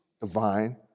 divine